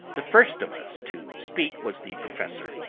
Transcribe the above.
the first of us to speak was the professor,